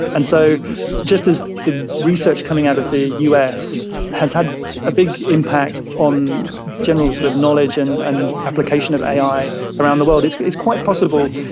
and so just as the research coming out of the us has had a big impact on general sort of knowledge and and application of ai around the world, it's it's quite possible,